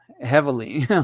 heavily